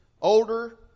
older